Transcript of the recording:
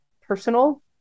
personal